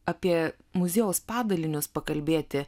apie muziejaus padalinius pakalbėti